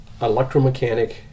electromechanic